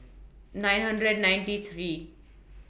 nine hundred and ninety three